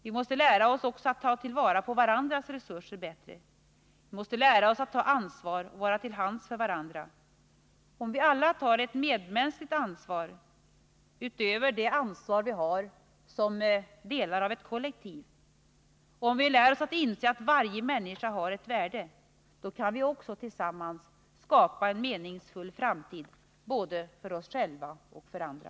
Vi måste lära oss att också ta till vara varandras resurser bättre. Vi måste lära oss att ta ansvar och vara till hands för varandra. Om vi alla tar ett medmänskligt ansvar utöver det ansvar vi har som delar av ett kollektiv och om vi lär oss att inse att varje människa har ett värde, kan vi tillsammans skapa en meningsfull framtid både för oss själva och för andra.